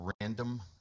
random